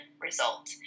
result